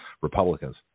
Republicans